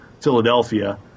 Philadelphia